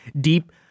deep